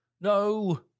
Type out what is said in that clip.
no